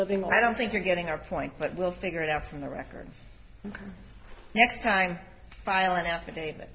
living i don't think you're getting our point but we'll figure it out from the record next time i file an affidavit